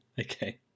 okay